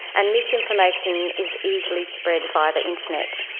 and misinformation is easily spread via the internet.